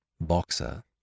Boxer